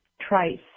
Trice